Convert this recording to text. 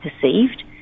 perceived